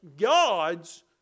God's